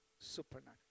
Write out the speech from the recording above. supernatural